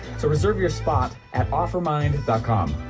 so reserve your spot at offermind dot com.